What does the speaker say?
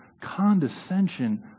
condescension